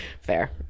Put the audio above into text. Fair